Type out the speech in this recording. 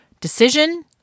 Decision